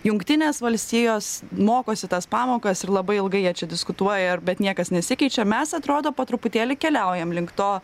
jungtinės valstijos mokosi tas pamokas ir labai ilgai jie čia diskutuoja bet niekas nesikeičia mes atrodo po truputėlį keliaujam link to